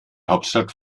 hauptstadt